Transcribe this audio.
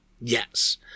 yes